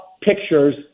pictures